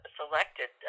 selected